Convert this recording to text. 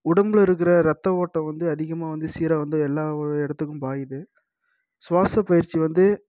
உடம்பில் இருக்கிற ரத்த ஓட்டம் வந்து அதிகமாக வந்து சீராக வந்து எல்லாம் இடத்துக்கும் பாயிது சுவாச பயிற்சி வந்து